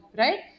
right